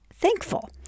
thankful